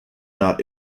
not